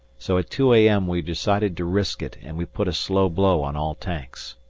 so at two a m. we decided to risk it and we put a slow blow on all tanks.